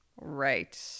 Right